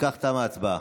אם כך, תמה ההצבעה.